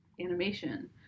animation